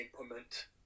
implement